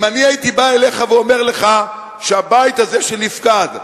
אם אני הייתי בא אליך ואומר לך שהבית הזה של נפקד,